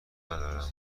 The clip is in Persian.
ندارم